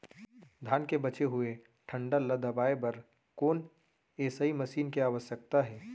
धान के बचे हुए डंठल ल दबाये बर कोन एसई मशीन के आवश्यकता हे?